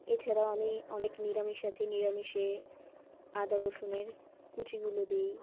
এছাড়াও আমি অনেক নিরামিষ আছে নিরামিষে আদা রসুনের কুচিগুলো দিই